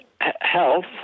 health